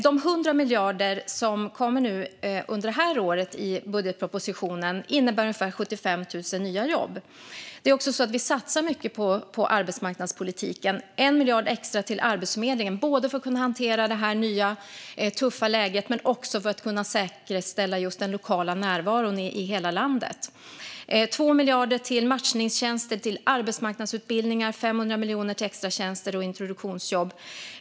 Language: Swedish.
De 100 miljarder i budgetpropositionen som kommer under det här året innebär ungefär 75 000 nya jobb. Vi satsar också mycket på arbetsmarknadspolitiken, med 1 miljard extra till Arbetsförmedlingen, för att kunna hantera det nya tuffa läget och säkerställa den lokala närvaron i hela landet. 2 miljarder går till matchningstjänster och arbetsmarknadsutbildningar. 500 miljoner går till extratjänster och introduktionsjobb.